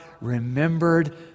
remembered